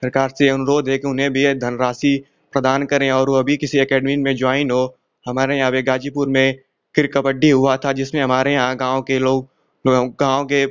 सरकार से ये अनुरोध है कि उन्हें भी यह धनराशी प्रदान करें और वह भी किसी अकैडमी में ज्वॉइन हो हमारे यहाँ पर गाजीपुर में फिर कबड्डी हुआ था जिसमें हमारे यहाँ गाँव के लोग गाँव के